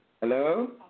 Hello